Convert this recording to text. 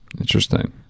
Interesting